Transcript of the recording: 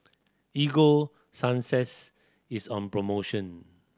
Ego Sunsense is on promotion